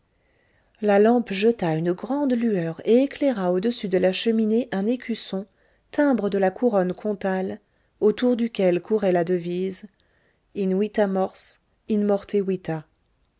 la lampe jeta une grande lueur et éclaira au-dessus de la cheminée un écusson timbré de la couronne comtale autour duquel courait la devise in vita mors